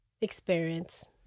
experience